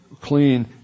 clean